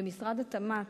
משרד התמ"ת,